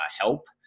help